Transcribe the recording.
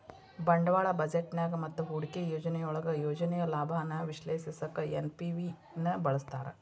ಬಂಡವಾಳ ಬಜೆಟ್ನ್ಯಾಗ ಮತ್ತ ಹೂಡಿಕೆ ಯೋಜನೆಯೊಳಗ ಯೋಜನೆಯ ಲಾಭಾನ ವಿಶ್ಲೇಷಿಸಕ ಎನ್.ಪಿ.ವಿ ನ ಬಳಸ್ತಾರ